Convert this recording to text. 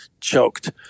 choked